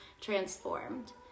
transformed